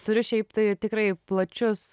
turiu šiaip tai tikrai plačius